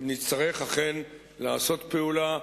נצטרך אכן לעשות פעולה,